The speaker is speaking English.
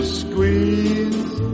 squeeze